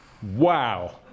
wow